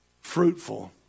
fruitful